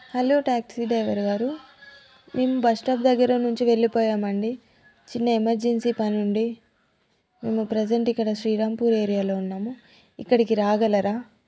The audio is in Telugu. హలో ట్యాక్సీ డ్రైవర్ గారు మేం బస్ స్టాప్ దగ్గర నుంచి వెళ్ళిపోయామండి చిన్న ఎమర్జెన్సీ పనుండి మేము ప్రెజంట్ ఇక్కడ శ్రీరామ్పూర్ ఏరియాలో ఉన్నాము ఇక్కడికి రాగలరా